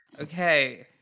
Okay